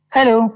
Hello